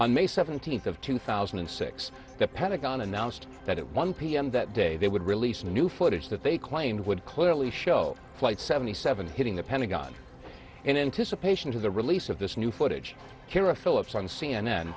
on may seventeenth of two thousand and six the pentagon announced that one p m that day they would release new footage that they claimed would clearly show flight seventy seven hitting the pentagon in anticipation of the release of this new footage here of phillips on c